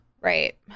Right